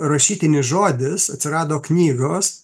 rašytinis žodis atsirado knygos